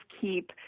keep